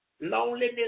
loneliness